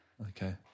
Okay